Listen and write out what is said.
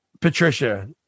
patricia